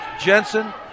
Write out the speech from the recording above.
Jensen